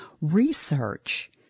research